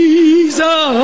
Jesus